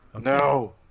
No